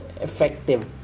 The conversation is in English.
effective